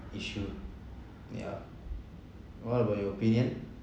issue yeah what about your opinion